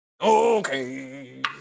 Okay